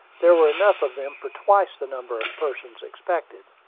there were enough of them for twice the number of persons expected,